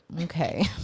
Okay